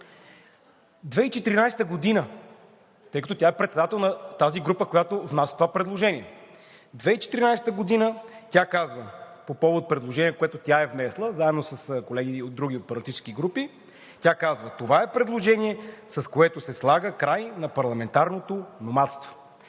2014 г., тъй като тя е председател на тази група, която внася това предложение, 2014 г. тя казва по повод на предложението, което тя е внесла заедно с колеги от други политически групи: „Това е предложение, с което се слага край на парламентарното номадство.“